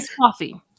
coffee